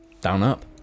down-up